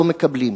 לא מקבלים.